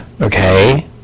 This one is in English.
Okay